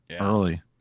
early